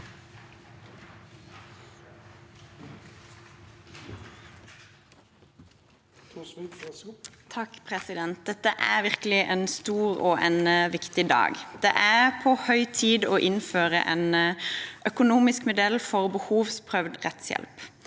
Dette er virkelig en stor og viktig dag. Det er på høy tid å innføre en ny økonomisk modell for behovsprøvd rettshjelp.